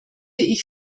ich